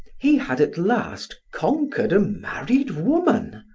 he had at last conquered a married woman!